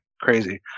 crazy